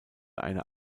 eine